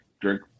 drink